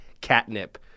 catnip